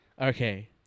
Okay